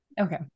okay